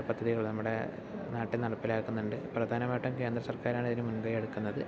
പദ്ധതികൾ നമ്മുടെ നാട്ടിൽ നടപ്പിലാക്കുന്നുണ്ട് പ്രധാനമായിട്ടും കേന്ദ്ര സർക്കാരാണ് ഇതിന് മുൻകൈ എടുക്കുന്നത്